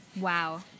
Wow